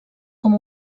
com